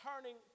turning